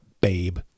babe